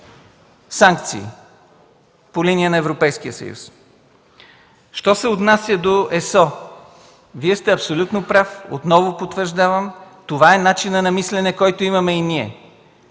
санкции по линия на Европейския съюз. Що се отнася до ЕСО, Вие сте абсолютно прав – отново потвърждавам, това е начинът на мислене, който имаме и ние.